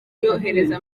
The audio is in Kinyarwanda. yohereza